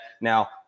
Now